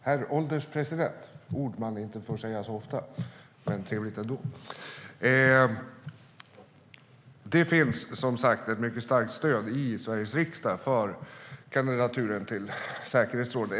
Herr ålderspresident! Det finns ett mycket starkt stöd i Sveriges riksdag för kandidaturen till säkerhetsrådet.